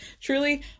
truly